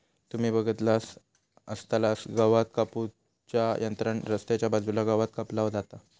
तुम्ही बगलासच आसतलास गवात कापू च्या यंत्रान रस्त्याच्या बाजूचा गवात कापला जाता